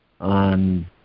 on